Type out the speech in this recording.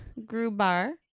Grubar